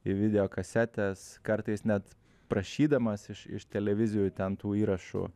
į videokasetes kartais net prašydamas iš iš televizijų ten tų įrašų